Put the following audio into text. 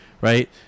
right